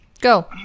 Go